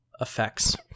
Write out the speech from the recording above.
effects